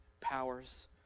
powers